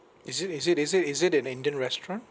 is it is it is it is it an indian restaurant